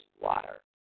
water